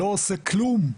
לא עושה כלום,